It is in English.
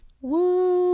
Woo